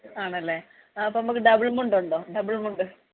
ആണല്ലേ അപ്പോള് നമുക്ക് ഡബിൾ മുണ്ടുണ്ടോ ഡബിൾ മുണ്ട്